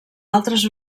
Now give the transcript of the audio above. altres